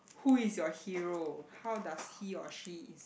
who is your hero how does he or she ins~